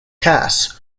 cass